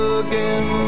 again